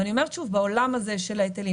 ואני אומרת שוב: בעולם הזה של ההיטלים,